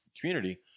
community